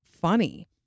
funny